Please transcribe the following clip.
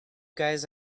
guys